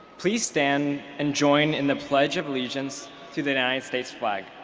please stand and join in the pledge of allegiance to the united states flag.